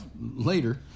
later